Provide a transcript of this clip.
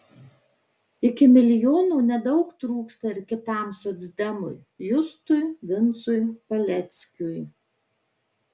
iki milijono nedaug trūksta ir kitam socdemui justui vincui paleckiui